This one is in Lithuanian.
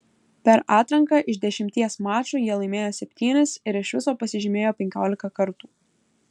per atranką iš dešimties mačų jie laimėjo septynis ir iš viso pasižymėjo penkiolika kartų